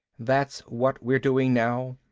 that's what we're doing now.